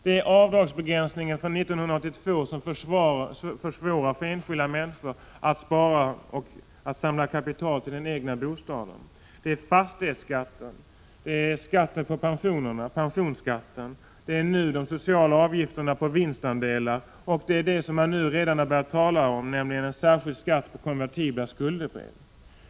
Det handlar om avdragsbegränsningen för 1982, som försvårar för enskilda människor att spara och samla kapital till den egna bostaden. Det handlar också om fastighetsskatten och pensionsskatten. Nu är det fråga om sociala avgifter på vinstandelar. Man har också börjat tala om en särskild skatt på konvertibla skuldebrev.